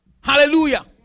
Hallelujah